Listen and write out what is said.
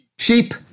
Sheep